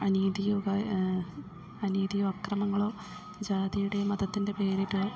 അനീതിയോ അനീതിയോ അക്രമങ്ങളോ ജാതിയുടേയും മതത്തിൻ്റെ പേരില്